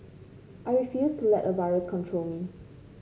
I refused to let a virus control me